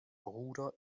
bruder